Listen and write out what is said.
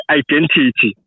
identity